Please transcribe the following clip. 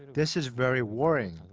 this is very worrying.